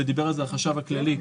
ודיבר על זה החשב הכללי,